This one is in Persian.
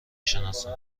شناسم